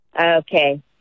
Okay